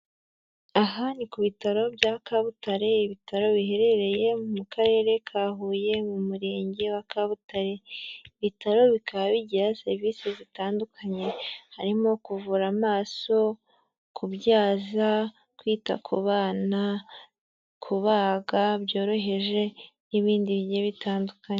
Aha ni ku bitaro bya Kabutare, ibitaro biherereye mu karere ka Huye mu murenge wa Kabutare, ibitaro bikaba bigira serivisi zitandukanye, harimo kuvura amaso, kubyaza, kwita ku bana, kubaga byoroheje n'ibindi bigiye bitandukanye.